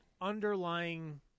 underlying